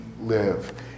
live